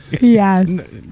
Yes